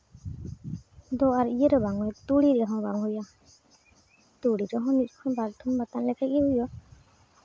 ᱫᱚ ᱟᱨ ᱤᱭᱟᱹᱨᱮ ᱵᱟᱝ ᱦᱩᱭᱩᱜ ᱛᱩᱲᱤ ᱨᱮᱦᱚᱸ ᱵᱟᱝ ᱦᱩᱭᱩᱜᱼᱟ ᱛᱩᱲᱤ ᱨᱮᱦᱚᱸ ᱢᱤᱫ ᱴᱷᱮᱱ ᱵᱟᱨ ᱴᱷᱮᱱ ᱵᱟᱛᱟᱱ ᱞᱮᱠᱷᱟᱱᱜᱮ ᱦᱩᱭᱩᱜᱼᱟ